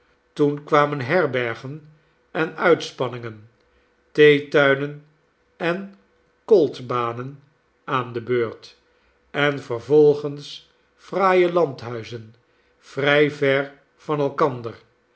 toen kwamen herbergen en uitspanningen theetuinen en kolfbanen aan de beurt en vervolgens fraaie landhuizen vrij ver van elkander